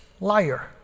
liar